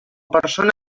persona